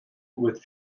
with